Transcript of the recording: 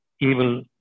evil